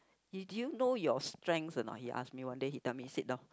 did you know your strength or not he ask me one day he tell me sit down